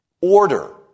order